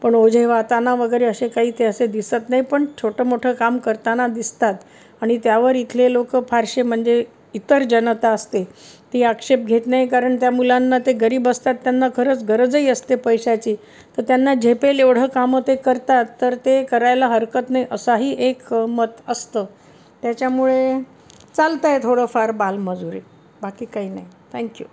पण ओझे वाहताना वगैरे असे काही ते असे दिसत नाही पण छोटं मोठं काम करताना दिसतात आणि त्यावर इथले लोकं फारसे म्हणजे इतर जनता असते ती आक्षेप घेत नाही कारण त्या मुलांना ते गरीब असतात त्यांना खरंच गरजही असते पैशाची तर त्यांना झेपेल एवढं कामं ते करतात तर ते करायला हरकत नाही असाही एक मत असतं त्याच्यामुळे चालतं आहे थोडंफार बालमजुरी बाकी काही नाही थँक्यू